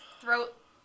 throat